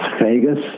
Vegas